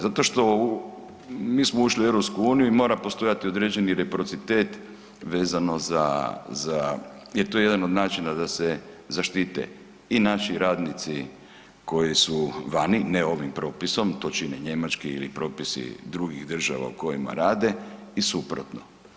Zato što mi smo ušli u EU i mora postojati reciprocitet vezano za, za je to jedan od načina da se zaštite i naši radnici koji su vani, ne ovim propisom, to čine njemački ili propisi drugih država u kojima rade i suprotno.